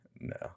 no